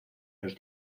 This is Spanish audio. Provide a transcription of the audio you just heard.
los